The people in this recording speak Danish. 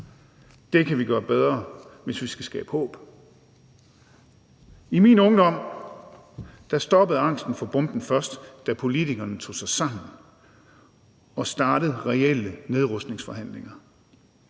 Det kan vi gøre bedre, hvis vi skal skabe håb. I min ungdom stoppede angsten for bomben først, da politikerne tog sig sammen og startede reelle nedrustningsforhandlinger.